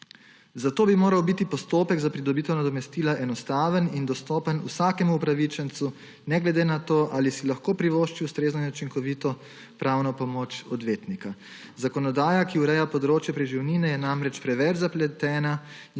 Zato bi moral biti postopek za pridobitev nadomestila enostaven in dostopen vsakemu upravičencu, ne glede na to, ali si lahko privošči ustrezno in učinkovito pravno pomoč odvetnika. Zakonodaja, ki ureja področje preživnine, je namreč preveč zapletena